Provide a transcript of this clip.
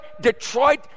Detroit